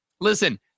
Listen